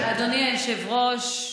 אדוני היושב-ראש,